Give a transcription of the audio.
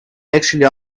actually